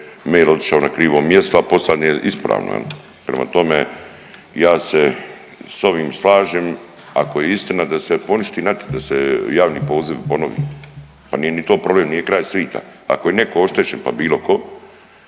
otišao na krivo mjesto, a poslan je ispravno. Prema tome, ja se s ovim slažem ako je istina da se poništi natječaj da se javni poziv ponovi. Pa nije ni to problem nije kraj svita. Ako je neko oštećen pa bilo ko,